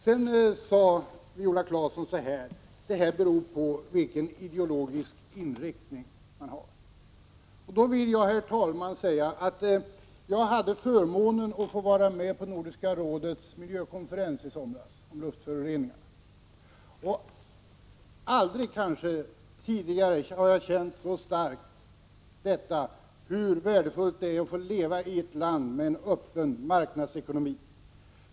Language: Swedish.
Sedan sade Viola Claesson att det hela beror på vilken idelogisk inriktning man har. Jag hade förmånen att få vara med på Nordiska rådets miljökonferens om luftföroreningar i somras. Jag har kanske aldrig tidigare så starkt känt hur värdefullt det är att få leva i ett land med en öppen marknadsekonomi.